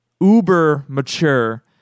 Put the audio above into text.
uber-mature